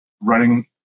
running